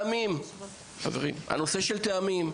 הנושא של טעמים,